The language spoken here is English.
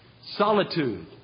solitude